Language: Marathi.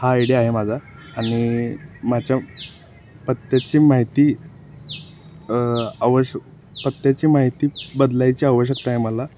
हा आय डि आहे माझा आणि माझ्या पत्त्याची माहिती आवश्य पत्त्याची माहिती बदलायची आवश्यकता आहे मला